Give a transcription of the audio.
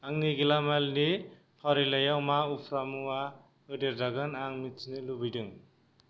आंनि गेलामालनि फारिलाइयाव मा उफ्रा मुवा होदेर जागोन आं मिथिनो लुबैदों